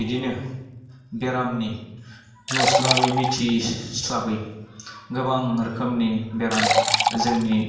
बिदियैनो बेरामनि नुस्लाबै मिथिस्लाबै गोबां रोखोमनि बेराम जोंनि